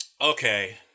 Okay